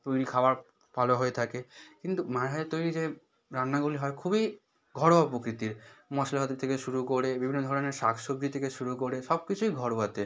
তৈরি খাবার ভালো হয়ে থাকে কিন্তু মায়ের হাতে তৈরি যে রান্নাগুলি হয় খুবই ঘরোয়া প্রকৃতির মশলাপাতি থেকে শুরু করে বিভিন্ন ধরনের শাকসবজি থেকে শুরু করে সব কিছুই ঘরোয়াতে